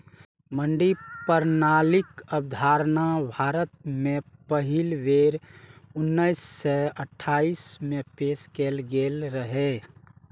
मंडी प्रणालीक अवधारणा भारत मे पहिल बेर उन्नैस सय अट्ठाइस मे पेश कैल गेल रहै